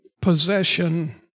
possession